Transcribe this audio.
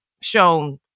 shown